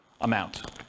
amount